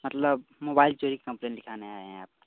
मतलब मोबाईल चोरी का कंप्लेन लिखाने आए हैं आप